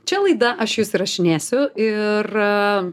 čia laida aš jus įrašinėsiu ir